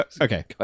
Okay